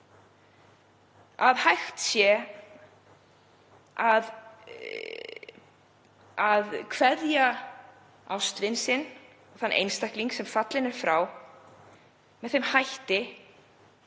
að hægt sé að kveðja ástvin, þann einstakling sem fallinn er frá, með þeim hætti